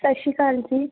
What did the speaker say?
ਸ਼ਾਸ਼ੀਕਾਲ ਜੀ